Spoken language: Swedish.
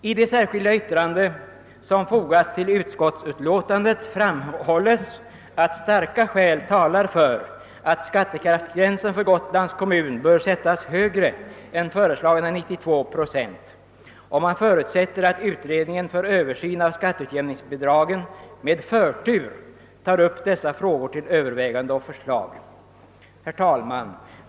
I det särskilda yttrande som fogats till statsutskottets förevarande «utlåtande framhålles att starka skäl talar för att skattekraftsgränsen för Gotlands kommun blir högre än föreslagna 92 procent, och man förutsätter att utredningen för översyn av skatteutjämningsbidragen med förtur tar upp dessa frågor till övervägande och förslag.